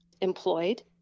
employed